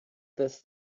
this